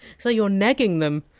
so you're negging them?